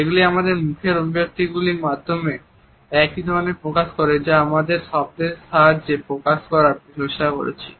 এগুলি আমাদের মুখের অভিব্যক্তি গুলির মাধ্যমে একই ধরনের প্রকাশ করে যা আমরা আমাদের শব্দের সাহায্যে প্রকাশ করার চেষ্টা করছি